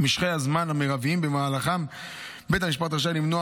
את משכי הזמן המרביים שבמהלכם בית המשפט רשאי למנוע